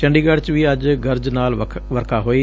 ਚੰਡੀਗੜ ਚ ਵੀ ਅੱਜ ਗਰਜ ਨਾਲ ਵਰਖਾ ਹੋਈ